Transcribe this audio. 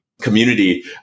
community